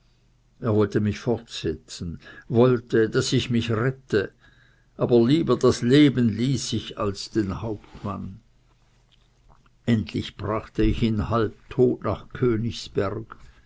er wollte mich fortsenden wollte daß ich mich rette aber lieber das leben ließ ich als den hauptmann endlich brachte ich ihn halbtot nach königsberg